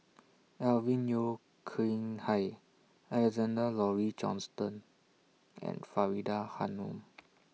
Alvin Yeo Khirn Hai Alexander Laurie Johnston and Faridah Hanum